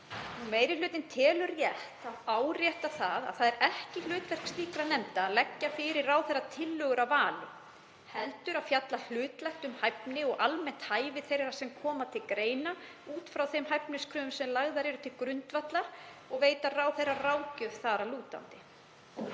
Meiri hlutinn telur rétt að árétta að það er ekki hlutverk slíkrar nefndar að leggja fyrir ráðherra tillögu að vali heldur að fjalla hlutlægt um hæfni og almennt hæfi þeirra sem koma til greina út frá þeim hæfniskröfum sem lagðar eru til grundvallar og veita ráðherra ráðgjöf þar að lútandi.